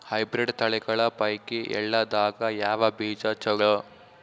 Hybrid ತಳಿಗಳ ಪೈಕಿ ಎಳ್ಳ ದಾಗ ಯಾವ ಬೀಜ ಚಲೋ?